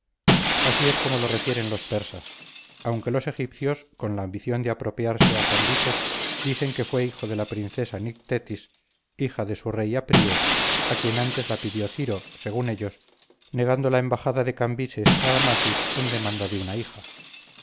así es como lo refieren los persas aunque los egipcios con la ambición de apropiarse a cambises dicen que fue hijo de la princesa nictetis hija de su rey apríes a quien antes la pidió ciro según ellos negando la embajada de cambises a amasis en demanda de una hija